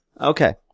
Okay